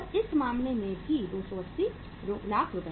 इस मामले में भी 280 लाख रु है